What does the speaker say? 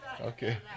Okay